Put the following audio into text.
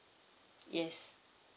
yes